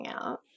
out